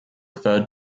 referred